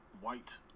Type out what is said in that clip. white